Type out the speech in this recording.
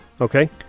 Okay